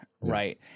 Right